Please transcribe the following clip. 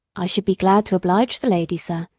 i should be glad to oblige the lady, sir,